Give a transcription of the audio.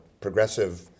progressive